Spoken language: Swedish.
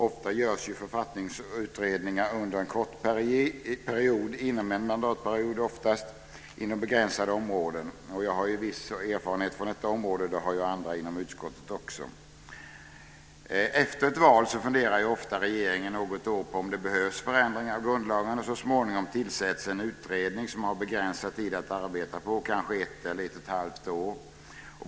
Ofta görs författningsutredningar under en kort period - oftast inom en mandatperiod - inom begränsade områden. Jag har viss erfarenhet från detta område, och det har också andra inom utskottet. Herr talman! Efter ett val funderar ofta regeringen något år på om det behövs förändringar av grundlagen. Så småningom tillsätts en utredning som har begränsad tid att arbeta på, kanske ett eller ett och ett halvt år.